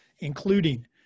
including